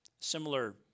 Similar